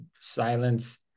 silence